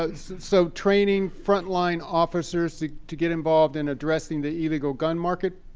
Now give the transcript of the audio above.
ah so training front-line officers to to get involved in addressing the illegal gun market?